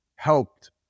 helped